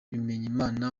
bimenyimana